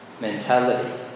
mentality